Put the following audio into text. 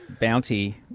bounty